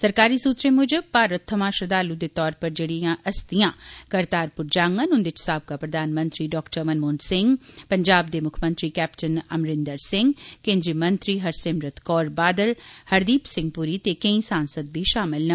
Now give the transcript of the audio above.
सरकारी सुत्तरें मुजब भारत थमां श्रद्वालु दे तौर पर जेड़ी हस्तियां करतारपुर जाड़न उंदे च साबका प्रधानमंत्री डाक्टर मनमोहन सिंह पंजाब दे मुक्खमंत्री कैप्टर अमरिंदर सिंह केन्द्री मंत्री हरसिमरत कौर बादल हरदीप सिंह पुरी ते केई सांसद बी शामल न